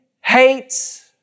hates